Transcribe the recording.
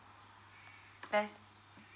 there's